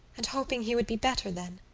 and hoping he would be better then.